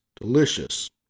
delicious